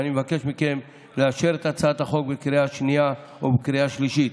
ואני מבקש מכם לאשר את הצעת החוק בקריאה השנייה ובקריאה השלישית.